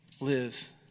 live